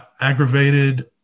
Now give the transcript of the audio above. aggravated